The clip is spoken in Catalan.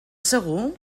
segur